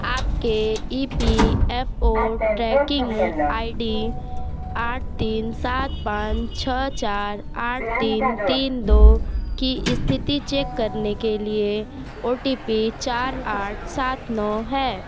आपके E P F O tracking I D आठ तीन सात पाँच छः चार आठ तीन तीन दो की स्थिति चेक करने के लिए ओ टी पी चार आठ सात नौ है